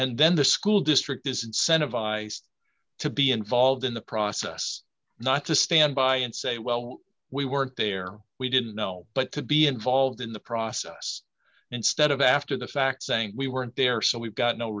and then the school district is incentivized to be involved in the process not to stand by and say well we weren't there we didn't know but to be involved in the process instead of after the fact saying we weren't there so we've got no